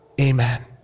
Amen